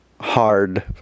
hard